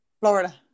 Florida